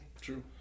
True